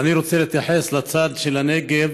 ואני רוצה להתייחס לצד של הנגב,